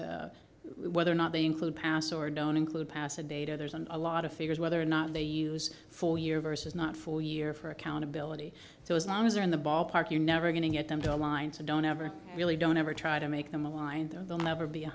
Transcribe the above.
p's whether or not they include pass or don't include passive data there's an a lot of figures whether or not they use four year versus not four year for accountability so as long as they're in the ballpark you're never going to get them to align so don't ever really don't ever try to make them aligned they'll never be